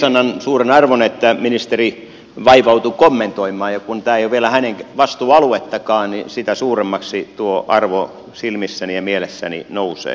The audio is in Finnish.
annan suuren arvon että ministeri vaivautui kommentoimaan ja vielä kun tämä ei ole hänen vastuualuettaankaan niin sitä suuremmaksi tuo arvo silmissäni ja mielessäni nousee